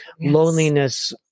Loneliness